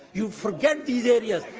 you forget these areas.